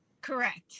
Correct